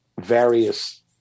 various